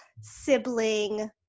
sibling